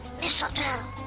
Mistletoe